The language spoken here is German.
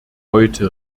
heute